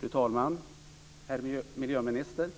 Fru talman! Herr miljöminister!